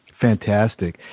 Fantastic